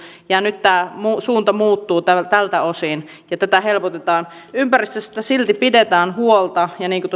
nyt suunta muuttuu tältä osin ja tätä helpotetaan ympäristöstä silti pidetään huolta ja niin kuin